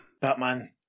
Batman